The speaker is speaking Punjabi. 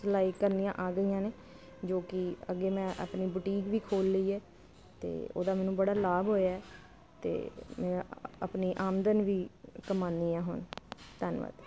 ਸਿਲਾਈ ਕਰਨੀਆ ਆ ਗਈਆਂ ਨੇ ਜੋ ਕਿ ਅੱਗੇ ਮੈਂ ਆਪਣੀ ਬੁਟੀਕ ਵੀ ਖੋਲ ਲਈ ਹ ਤੇ ਉਹਦਾ ਮੈਨੂੰ ਬੜਾ ਲਾਭ ਹੋਇਆ ਤੇ ਆਪਣੀ ਆਮਦਨ ਵੀ ਕਮਾਨੀ ਆ ਹੁਣ ਧੰਨਵਾਦ